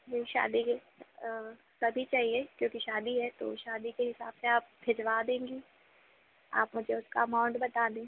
वो शादी के तभी चाहिए क्योंकि शादी है तो शादी के हिसाब से आप भिजवा देंगी आप उसका मुझे अमाउंट बता दें